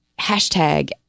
hashtag